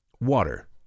water